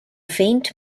faint